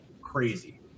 crazy